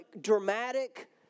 dramatic